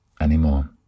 anymore